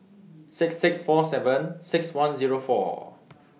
six six four seven six one Zero four